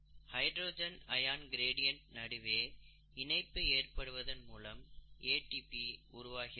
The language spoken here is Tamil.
ஹைட்ரஜன் அயன் கிரேடியன்டுக்கு நடுவே இணைப்பு ஏற்படுவதன் மூலம் ATP உருவாகிறது